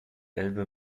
elbe